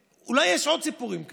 ואולי יש עוד סיפורים כאלה,